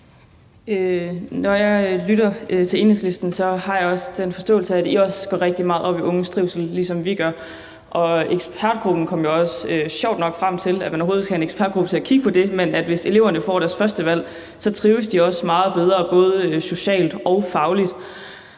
Når jeg lytter til Enhedslisten, har jeg også den forståelse, at I også går rigtig meget op i unges trivsel, ligesom vi gør, og ekspertgruppen kom jo også frem til – det er også sjovt nok, at man overhovedet skal have en ekspertgruppe til at kigge på det – at eleverne, hvis de får deres førstevalg, så også trives meget bedre både socialt og fagligt.